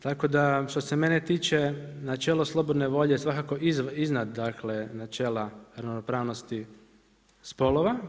Tako da što se mene tiče načelo slobodne volje svakako iznad dakle načela ravnopravnosti spolova.